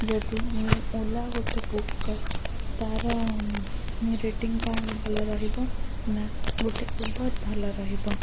ଯଦି ମୁଁ ଓଲା ଗୋଟେ ବୁକ୍ କରେ ତା'ର ରେଟିଂ କ'ଣ ଭଲ ରହିବ ନାଁ ଗୋଟେ ଉବେର୍ ଭଲ ରହିବ